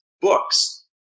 books